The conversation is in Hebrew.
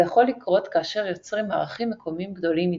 זה יכול לקרות כאשר יוצרים מערכים מקומיים גדולים מדי.